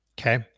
Okay